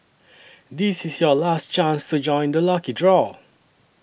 this is your last chance to join the lucky draw